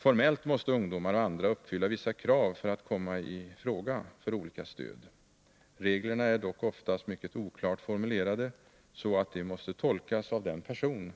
Formellt måste ungdomar och andra uppfylla vissa krav för att komma i fråga för olika stöd. Reglerna är dock oftast mycket oklart formulerade och måste tolkas av den person